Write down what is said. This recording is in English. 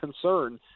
concern